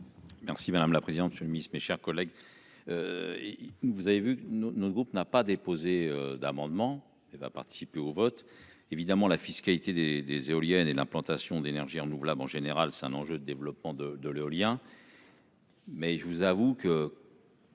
Merci madame la présidente. Monsieur le Ministre, mes chers collègues. Vous avez vu nos, notre groupe n'a pas déposé d'amendement et va participer au vote. Évidemment, la fiscalité des des éoliennes et l'implantation d'énergies renouvelables, en général c'est un enjeu de développement de l'éolien.-- Mais je vous avoue que.--